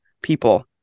people